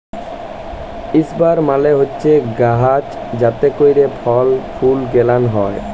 ইসরাব মালে হছে গাহাচ যাতে ক্যইরে ফল ফুল গেলাল হ্যয়